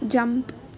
jump